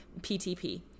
ptp